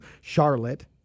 Charlotte